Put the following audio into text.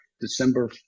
December